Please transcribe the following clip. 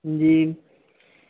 جی